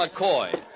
McCoy